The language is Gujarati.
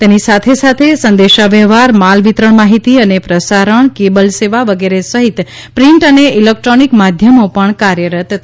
તેની સાથે સાથે સંદેશા વ્યવહાર માલ વિતરણ માહિતી અને પ્રસારણ કેબલ સેવા વગેરે સહિત પ્રિન્ટ અને ઇલેક્ટ્રોનિક માધ્યમો પણ કાર્યરત થઈ જશે